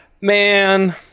Man